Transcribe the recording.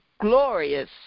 glorious